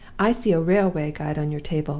i see a railway guide on your table.